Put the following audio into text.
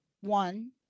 One